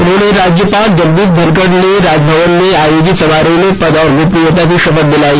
उन्हें राज्यपाल जगदीप धनखड ने राजभवन में आयोजित समारोह में पद एवं गोपनीयता की शपथ दिलायी